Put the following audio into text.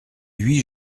huit